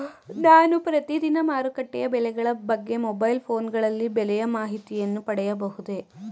ನಾನು ಪ್ರತಿದಿನ ಮಾರುಕಟ್ಟೆಯ ಬೆಲೆಗಳ ಬಗ್ಗೆ ಮೊಬೈಲ್ ಫೋನ್ ಗಳಲ್ಲಿ ಬೆಲೆಯ ಮಾಹಿತಿಯನ್ನು ಪಡೆಯಬಹುದೇ?